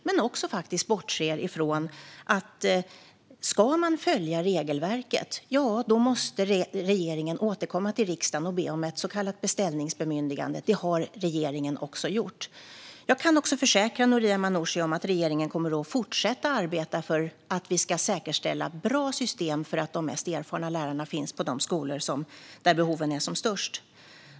Men hon bortser faktiskt också från att regeringen för att följa regelverket måste återkomma till riksdagen och be om ett så kallat beställningsbemyndigande. Det har regeringen också gjort. Jag kan försäkra Noria Manouchi om att regeringen kommer att fortsätta arbeta för att säkerställa bra system för att de mest erfarna lärarna ska finnas på de skolor där behoven är som störst.